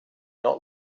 not